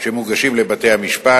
שמוגשים לבתי-המשפט,